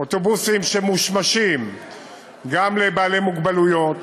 אוטובוסים שמושמשים גם לבעלי מוגבלויות,